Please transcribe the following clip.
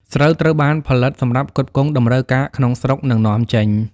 ស្រូវត្រូវបានផលិតសម្រាប់ផ្គត់ផ្គង់តម្រូវការក្នុងស្រុក និងនាំចេញ។